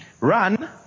run